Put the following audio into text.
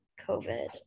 covid